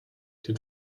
den